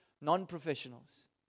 non-professionals